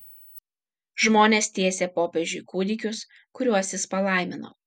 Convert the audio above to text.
žmonės tiesė popiežiui kūdikius kuriuos jis palaimino